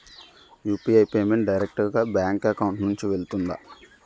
UPI payment direct గా bank account నుంచి వెళ్తుందా?